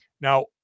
Now